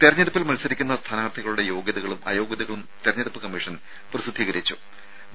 തെരഞ്ഞെടുപ്പിൽ മത്സരിക്കുന്ന സ്ഥാനാർത്ഥികളുടെ യോഗ്യതകളും അയോഗ്യതകളും തെരഞ്ഞെടുപ്പ് കമ്മീഷൻ പ്രസിദ്ധപ്പെടുത്തിയിട്ടുണ്ട്